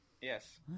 Yes